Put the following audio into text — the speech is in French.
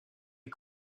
les